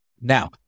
Now